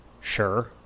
Sure